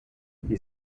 die